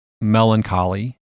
melancholy